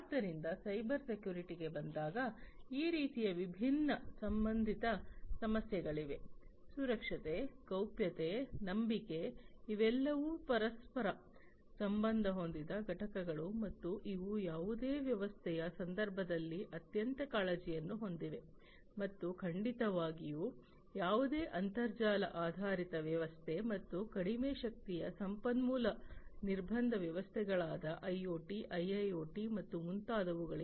ಆದ್ದರಿಂದ ಸೈಬರ್ ಸೆಕ್ಯುರಿಟಿಗೆ ಬಂದಾಗ ಈ ರೀತಿಯ ವಿಭಿನ್ನ ಸಂಬಂಧಿತ ಸಮಸ್ಯೆಗಳಿವೆ ಸುರಕ್ಷತೆ ಗೌಪ್ಯತೆ ನಂಬಿಕೆ ಇವೆಲ್ಲವೂ ಪರಸ್ಪರ ಸಂಬಂಧ ಹೊಂದಿದ ಘಟಕಗಳು ಮತ್ತು ಇವು ಯಾವುದೇ ವ್ಯವಸ್ಥೆಯ ಸಂದರ್ಭದಲ್ಲಿ ಅತ್ಯಂತ ಕಾಳಜಿಯನ್ನು ಹೊಂದಿವೆ ಮತ್ತು ಖಂಡಿತವಾಗಿಯೂ ಯಾವುದೇ ಅಂತರ್ಜಾಲ ಆಧಾರಿತ ವ್ಯವಸ್ಥೆ ಮತ್ತು ಕಡಿಮೆ ಶಕ್ತಿಯ ಸಂಪನ್ಮೂಲ ನಿರ್ಬಂಧ ವ್ಯವಸ್ಥೆಗಳಾದ ಐಒಟಿ ಐಐಒಟಿ ಮತ್ತು ಮುಂತಾದವುಗಳಿಗೆ